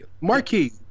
Marquee